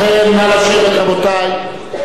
נא לשבת, רבותי.